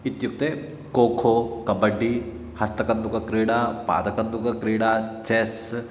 इत्युक्ते खो खो कबड्डि हस्तकन्दुकक्रीडा पादकन्दुकक्रीडा चेस्